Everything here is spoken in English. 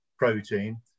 protein